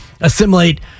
assimilate